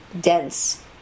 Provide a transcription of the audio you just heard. dense